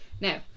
now